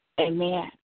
amen